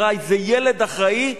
אמרה: זה ילד אחראי.